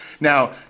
Now